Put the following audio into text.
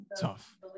Tough